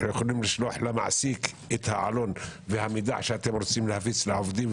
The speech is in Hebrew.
אנו יכולים לשלוח למעסיק את העלון והמידע שאתם רוצים להפיץ לעובדים,